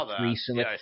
recently